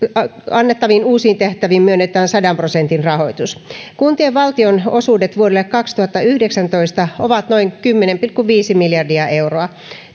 annettaviin uusiin tehtäviin myönnetään sadan prosentin rahoitus kuntien valtionosuudet vuodelle kaksituhattayhdeksäntoista ovat noin kymmenen pilkku viisi miljardia euroa